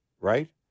right